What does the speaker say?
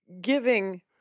giving